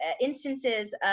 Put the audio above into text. instances